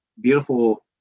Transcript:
beautiful